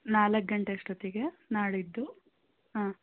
ನಾಲ್ಕು ಗಂಟೆ ಅಷ್ಟೊತ್ತಿಗೆ ನಾಳಿದ್ದು ಹಾಂ